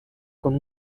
con